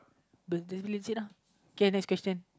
but that's it lah okay next question